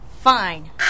Fine